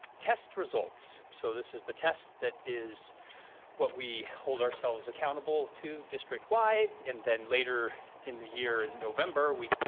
test results. so this is the test that is what we hold ourselves accountable to district wide and then later in the year in november. can